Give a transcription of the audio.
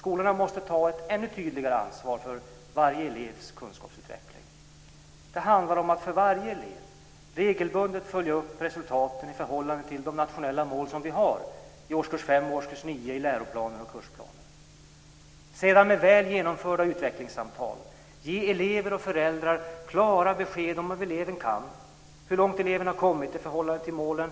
Skolorna måste ta ett ännu tydligare ansvar för varje elevs kunskapsutveckling. Det handlar om att för varje elev regelbundet följa upp resultaten i förhållande till de nationella mål som vi har i årskurs 5 och årskurs 9 i läroplaner och kursplaner. Sedan gäller det att med väl utförda utvecklingssamtal ge elever och föräldrar klara besked om vad eleven kan och hur långt eleven har kommit i förhållande till målen.